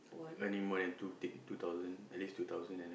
earning more than two thing two thousand at least two thousand and